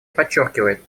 подчеркивает